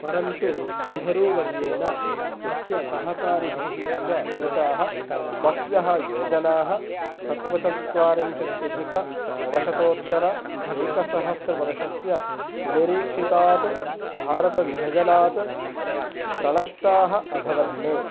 परन्तु नेहरूवर्येण तस्य सहकारिभिः च कृताः बह्व्यः योजनाः सप्तचत्वारिंशतधिक नवशतोत्तर एकसहस्रवर्षस्य अनिरीक्षितात् भारतविभजनात् प्रणष्टाः अभवन्